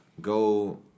go